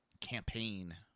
campaign